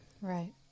Right